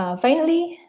um finally,